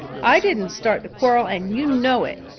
i didn't start the quarrel, and you know it.